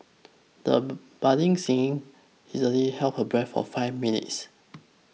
the budding singer easily held her breath for five minutes